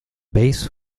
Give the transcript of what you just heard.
base